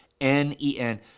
N-E-N